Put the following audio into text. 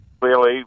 clearly